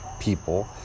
people